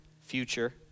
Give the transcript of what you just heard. future